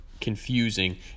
confusing